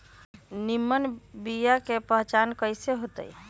निमन बीया के पहचान कईसे होतई?